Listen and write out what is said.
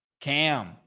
Cam